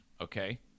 Okay